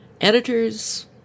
editors